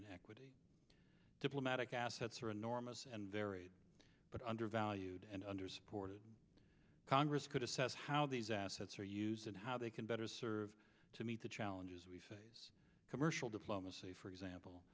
and equity diplomatic assets are enormous and varied but undervalued and under support of congress could assess how these assets are used and how they can better serve to meet the challenges we face commercial diplomacy for example